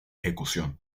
ejecución